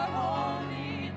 holy